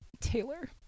Taylor